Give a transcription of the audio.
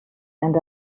and